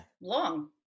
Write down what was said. Long